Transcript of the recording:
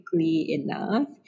enough